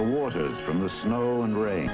the waters from the snow and rain